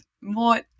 more